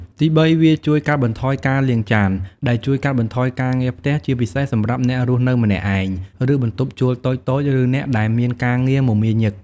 ទីបី វាជួយកាត់បន្ថយការលាងចាន ដែលជួយកាត់បន្ថយការងារផ្ទះ ជាពិសេសសម្រាប់អ្នករស់នៅម្នាក់ឯង ឬបន្ទប់ជួលតូចៗ ឬអ្នកដែលមានការងារមមាញឹក។